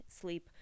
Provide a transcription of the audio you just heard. sleep